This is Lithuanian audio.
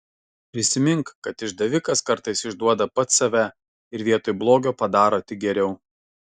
prisimink kad išdavikas kartais išduoda pats save ir vietoj blogio padaro tik geriau